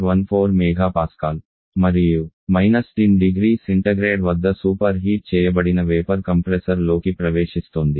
14 MPa మరియు −100C వద్ద superheat చేయబడిన వేపర్ కంప్రెసర్లోకి ప్రవేశిస్తోంది